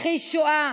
מכחיש שואה,